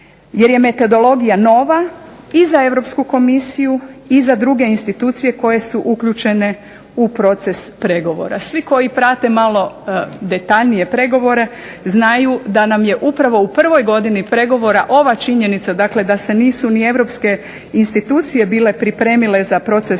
Jer je metodologija nova i za Europsku komisiju i za druge institucije koje su uključene u proces pregovora. Svi koji prate malo detaljnije pregovore znaju da nam je upravo u prvoj godini pregovora ova činjenica, dakle da se nisu ni europske institucije bile pripremile za proces, novi